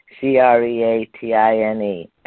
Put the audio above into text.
C-R-E-A-T-I-N-E